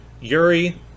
Yuri